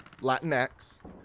Latinx